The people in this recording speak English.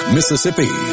Mississippi